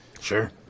Sure